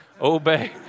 obey